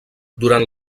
durant